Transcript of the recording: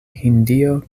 hindio